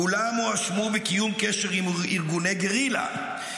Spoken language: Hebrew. כולם הואשמו בקיום קשר עם ארגוני גרילה,